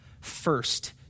first